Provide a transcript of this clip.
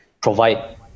provide